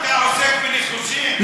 אתה עוסק בניחושים?